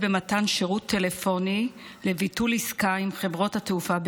(שירות טלפוני לביטול עסקה עם חברת תעופה),